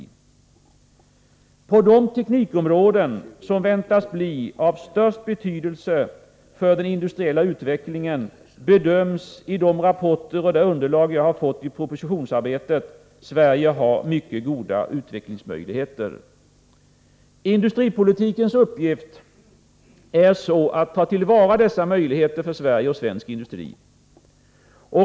På de teknikområden som väntas bli av störst betydelse för den industriella utvecklingen bedöms Sverige — i de rapporter och det underlag som jag fått i propositionsarbetet — ha mycket goda utvecklingsmöjligheter. Industripolitikens uppgift är att ta till vara dessa möjligheter för Sverige och svensk industri.